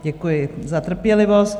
Děkuji za trpělivost.